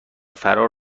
فرار